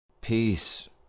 Peace